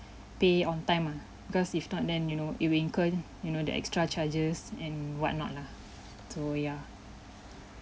pay on time ah because if not then you know it will incur you know the extra charges and what not lah so yeah